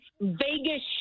Vegas